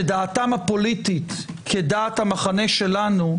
שדעתם הפוליטית כדעת המחנה שלנו,